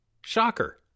Shocker